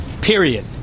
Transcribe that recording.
Period